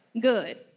Good